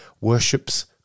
worships